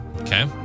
Okay